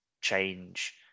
change